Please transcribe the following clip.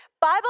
Bible